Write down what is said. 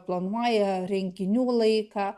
planuoja renginių laiką